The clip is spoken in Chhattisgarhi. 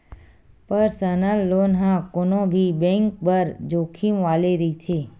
परसनल लोन ह कोनो भी बेंक बर जोखिम वाले रहिथे